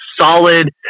solid